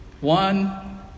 One